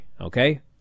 okay